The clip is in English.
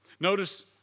Notice